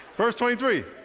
verse twenty three.